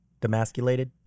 Demasculated